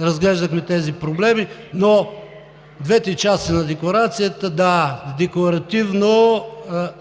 разглеждахме тези проблеми, но по двете части на Декларацията – да, декларативно,